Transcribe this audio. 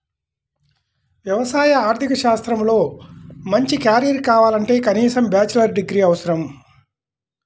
వ్యవసాయ ఆర్థిక శాస్త్రంలో మంచి కెరీర్ కావాలంటే కనీసం బ్యాచిలర్ డిగ్రీ అవసరం